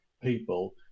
people